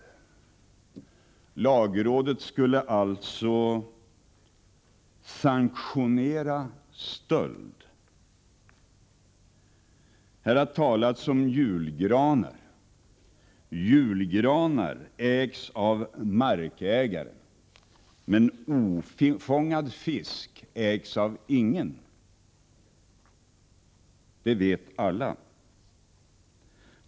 Lagrådet skulle alltså sanktionera stöld. Här har talats om julgranar. Julgranar ägs av markägare, men ofångad fisk ägs av ingen — det vet alla.